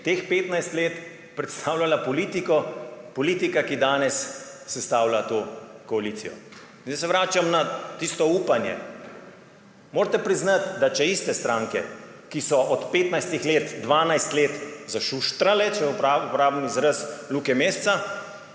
teh 15 let predstavljala politiko politika, ki danes sestavlja to koalicijo. In zdaj se vračam na tisto upanje. Morate priznati, da če iste stranke, ki so od 15 let 12 let zašuštrale, če uporabim izrazi Luke Mesca,